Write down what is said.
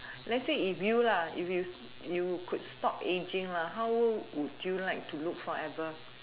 let's say if you lah if you you could stop aging lah how old would you like to look forever